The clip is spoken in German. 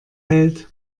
hält